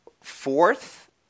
fourth